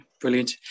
brilliant